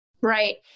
Right